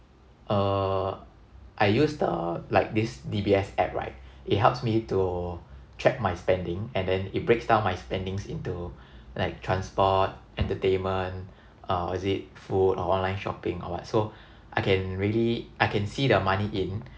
uh I use the like this D_B_S app right it helps me to track my spending and then it breaks down my spendings into like transport entertainment uh is it food or online shopping or what so I can really I can see the money in